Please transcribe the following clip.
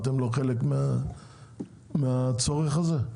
אתם לא חלק מהצורך הזה?